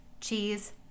cheese